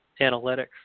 analytics